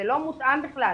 זה לא מותאם בכלל.